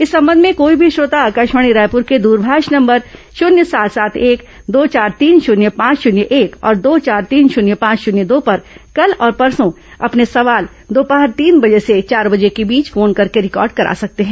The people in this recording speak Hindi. इस संबंध में कोई भी श्रोता आकाशवाणी रायपूर के द्रभाष नंबर शून्य सात सात एक दो चार तीन शन्य पांच शन्य एक और दो चार तीन शन्य पांच शन्य दो पर कल और परसों अपने सवाल दोपहर तीन बजे से चार बजे के बीच फोन करके रिकॉर्ड केरा सकते हैं